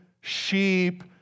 sheep